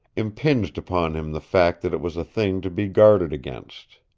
impinged upon him the fact that it was a thing to be guarded against.